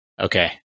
Okay